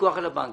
לבנק